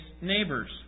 neighbors